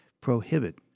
prohibit